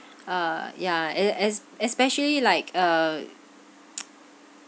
uh yeah es~ es~ especially like uh